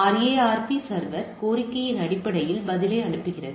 RARP server கோரிக்கையின் அடிப்படையில் பதிலை அனுப்புகிறது